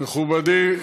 מכובדי,